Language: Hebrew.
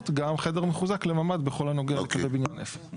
גם חדק מחוזק לממד בכל הנוגע לקווי בניין אפס.